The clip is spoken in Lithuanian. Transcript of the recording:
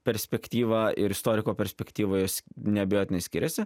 perspektyva ir istoriko perspektyva jos neabejotinai skiriasi